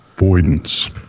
avoidance